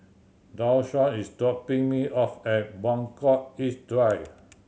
Deshawn is dropping me off at Buangkok East Drive